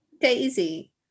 Daisy